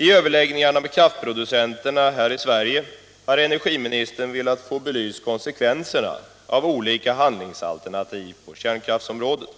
I överläggningarna med kraftproducenterna har energiministern velat få konsekvenserna av olika handlingsalternativ på kärnkraftsområdet belysta.